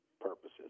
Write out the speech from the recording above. purposes